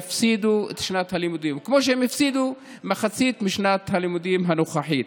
הם יפסידו את שנת הלימודים כמו שהם הפסידו מחצית משנת הלימודים הנוכחית.